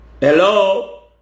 Hello